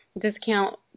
discount